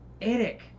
Eric